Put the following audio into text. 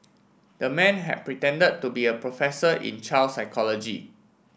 the man had pretended to be a professor in child psychology